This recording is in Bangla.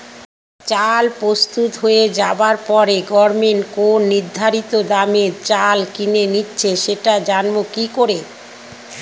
চাল প্রস্তুত হয়ে যাবার পরে গভমেন্ট কোন নির্ধারিত দামে চাল কিনে নিচ্ছে সেটা জানবো কি করে?